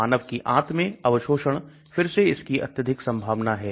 मानव की आंत में अवशोषण फिर से इसकी अत्यधिक संभावना है